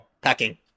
packing